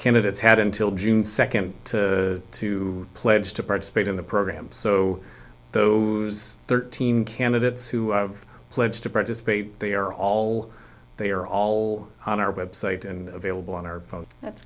candidates had until june second to to pledge to participate in the program so the thirteen candidates who have pledged to participate they are all they are all on our website and available on our